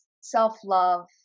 self-love